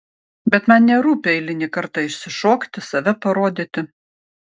bet man nerūpi eilinį kartą išsišokti save parodyti